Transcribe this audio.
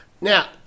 Now